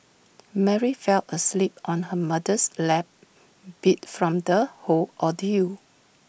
Mary fell asleep on her mother's lap beat from the whole ordeal